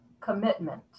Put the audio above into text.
commitment